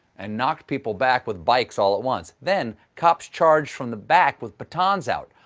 and knocked people back with bikes all at once. then cops charged from the back with batons out,